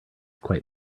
quite